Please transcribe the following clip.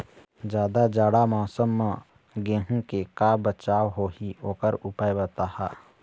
जादा जाड़ा मौसम म गेहूं के का बचाव होही ओकर उपाय बताहा?